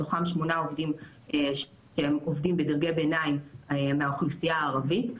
מתוכם 8 עובדים שהם עובדים בדרגי ביניים מהאוכלוסייה הערבית.